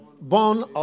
Born